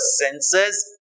senses